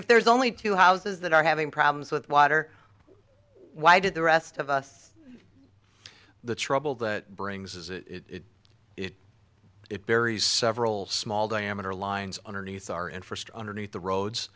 if there's only two houses that are having problems with water why did the rest of us the trouble that brings is it it buries several small diameter lines underneath our interest underneath the roads